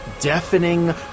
deafening